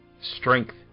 Strength